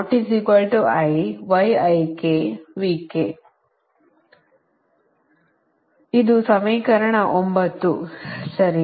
ಇದು ಸಮೀಕರಣ 9 ಸರಿನಾ